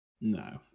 No